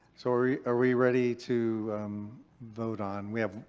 so are we ah we ready to vote on. we have.